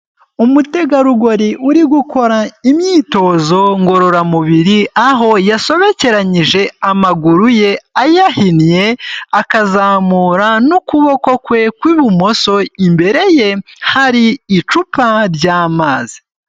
Umutegarugori uri gukora imyitozo ngororamubiri, aho yasobekeranyije amaguru ye, ayahinnye, akazamura n'ukuboko kwe kw'ibumoso, imbere ye hari icupa ry'amazi.